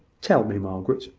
tell me, margaret.